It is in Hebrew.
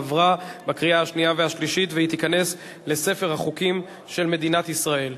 עברה בקריאה השנייה והשלישית והיא תיכנס לספר החוקים של מדינת ישראל.